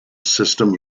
system